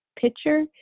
picture